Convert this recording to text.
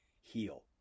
heal